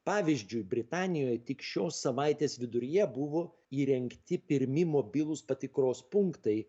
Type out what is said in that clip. pavyzdžiui britanijoj tik šios savaitės viduryje buvo įrengti pirmi mobilūs patikros punktai